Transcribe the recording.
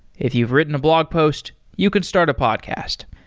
if you've written a blog post, you can start a podcast.